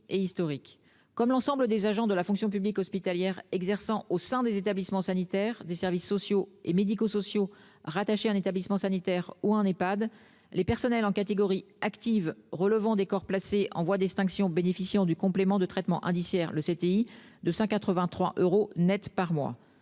Comme l'ensemble des agents de la fonction publique hospitalière exerçant au sein des établissements sanitaires, des services sociaux et médico-sociaux rattachés à un établissement sanitaire ou à un établissement d'hébergement pour personnes âgées dépendantes (Ehpad), les personnels en catégorie active relevant des corps placés en voie d'extinction bénéficient du complément de traitement indiciaire (CTI) de 183 euros net par mois.